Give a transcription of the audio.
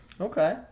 okay